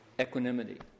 equanimity